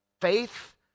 faith